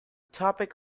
topic